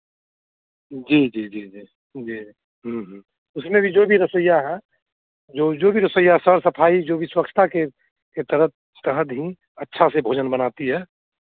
जी जी जी जी जी उसमें भी जो भी रसोइया है जो जो भी रसोइया है साफ़ सफाई जो भी स्वच्छता के के तहत तहत ही अच्छा से भोजन बनाती है